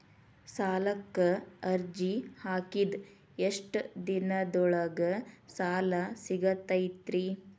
ಸಾಲಕ್ಕ ಅರ್ಜಿ ಹಾಕಿದ್ ಎಷ್ಟ ದಿನದೊಳಗ ಸಾಲ ಸಿಗತೈತ್ರಿ?